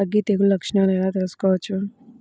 అగ్గి తెగులు లక్షణాలను ఎలా తెలుసుకోవచ్చు?